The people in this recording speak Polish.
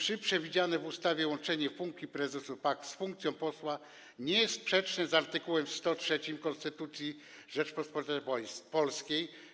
Czy przewidziane w ustawie łączenie funkcji prezesa PAG z funkcją posła nie jest sprzeczne z art. 103 Konstytucji Rzeczypospolitej Polskiej?